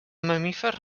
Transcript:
mamífers